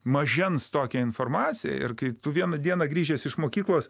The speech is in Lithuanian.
mažens tokią informaciją ir kai tu vieną dieną grįžęs iš mokyklos